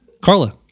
Carla